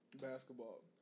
basketball